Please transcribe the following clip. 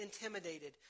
intimidated